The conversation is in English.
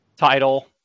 title